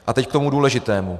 A teď k tomu důležitému.